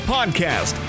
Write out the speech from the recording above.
Podcast